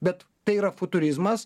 bet tai yra futurizmas